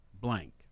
blank